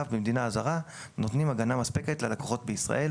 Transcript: במדינה הזרה נותנים הגנה מספקת ללקוחות בישראל;